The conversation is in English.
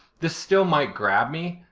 this still might grab me,